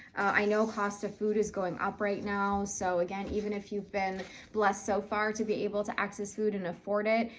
i know cost of food is going up right now so again, even if you've been blessed so far to be able to access food and afford it,